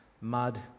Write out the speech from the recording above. mud